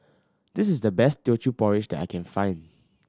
this is the best Teochew Porridge that I can find